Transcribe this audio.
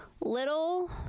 little